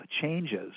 changes